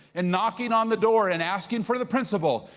and knocking on the door, and asking for the principal,